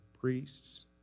priests